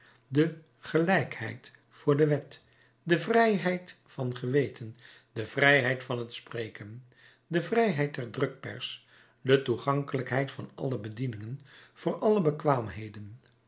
de gelijkheid voor de wet de vrijheid van geweten de vrijheid van spreken de vrijheid der drukpers de toegankelijkheid van alle bedieningen voor alle bekwaamheden